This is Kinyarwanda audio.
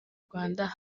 rwanda